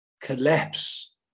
collapse